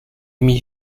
mit